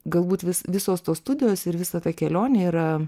galbūt vis visos tos studijos ir visa ta kelionė yra